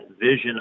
vision